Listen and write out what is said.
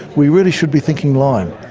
we really should be thinking lyme.